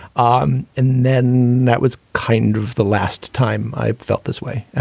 um and then that was kind of the last time i felt this way,